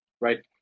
right